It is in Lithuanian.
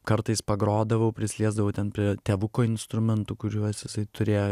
kartais pagrodavau prisiliesdavau ten prie tėvuko instrumentų kuriuos jisai turėjo